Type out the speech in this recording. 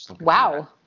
Wow